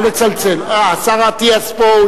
השר אטיאס פה,